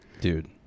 dude